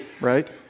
right